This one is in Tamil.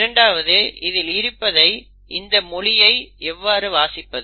இரண்டாவது இதில் இருப்பதை இந்த மொழியை எவ்வாறு வாசிப்பது